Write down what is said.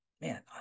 Man